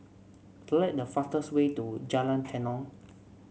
select the fastest way to Jalan Tenon